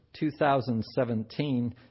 2017